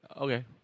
Okay